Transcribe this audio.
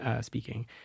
speaking